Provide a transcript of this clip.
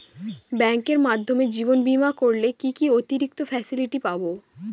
ব্যাংকের মাধ্যমে জীবন বীমা করলে কি কি অতিরিক্ত ফেসিলিটি পাব?